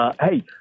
Hey